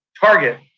target